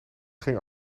ging